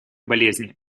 болезни